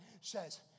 says